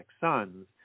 sons